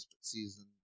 season